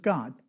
God